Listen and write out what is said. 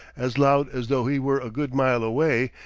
as loud as though he were a good mile away,